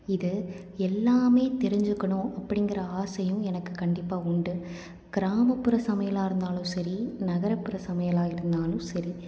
இது எல்லாமே தெரிஞ்சுக்கணும் அப்படிங்குற ஆசையும் எனக்கு கண்டிப்பாக உண்டு கிராமப்புற சமையலாக இருந்தாலும் சரி நகரப்புற சமையலாக இருந்தாலும் சரி